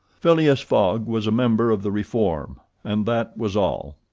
phileas fogg was a member of the reform, and that was all.